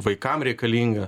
vaikam reikalinga